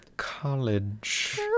College